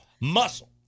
Muscle